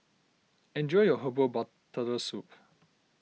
enjoy your Herbal Bar Turtle Soup